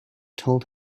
told